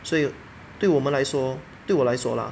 所以有对我们来说对我来说 lah